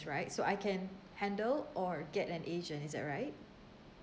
right so I can handle or get an agent is that right